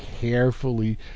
carefully